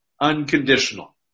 unconditional